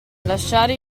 lasciare